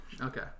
Okay